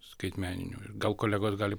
skaitmeninių gal kolegos gali